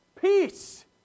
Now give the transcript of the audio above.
Peace